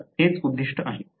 तर हेच उद्दिष्ट आहे